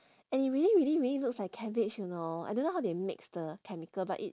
and it really really really looks like cabbage you know I don't know how they mix the chemical but it